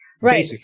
right